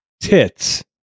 Tits